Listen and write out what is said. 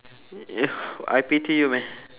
you I pity you man